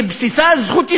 שבסיסה זכות יסוד.